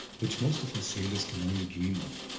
which most of us sailors can only dream of.